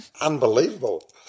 Unbelievable